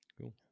Cool